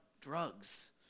drugs